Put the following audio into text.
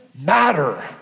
matter